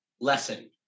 lesson